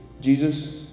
Jesus